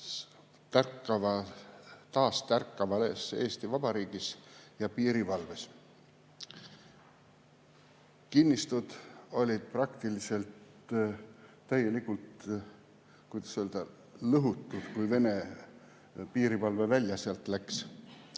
taas tärkavas Eesti Vabariigis ja piirivalves. Kinnistud olid praktiliselt täielikult lõhutud, kui Vene piirivalve sealt välja